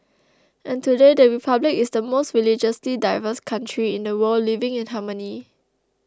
and today the Republic is the most religiously diverse country in the world living in harmony